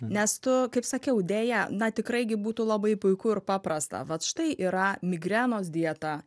nes tu kaip sakiau deja na tikrai gi būtų labai puiku ir paprasta vat štai yra migrenos dieta